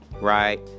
right